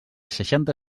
seixanta